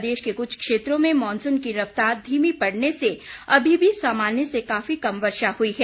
प्रदेश के कुछ क्षेत्रों में मानसून की रफ्तार धीमी पड़ने से अभी भी सामान्य से काफी कम वर्षा हुई है